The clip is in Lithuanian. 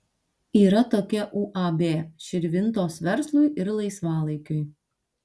yra tokia uab širvintos verslui ir laisvalaikiui